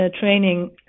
training